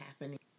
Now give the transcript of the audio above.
happening